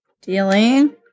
Dealing